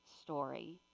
story